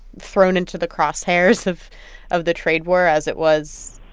thrown into the crosshairs of of the trade war as it was,